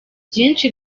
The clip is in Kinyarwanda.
byinshi